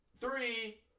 three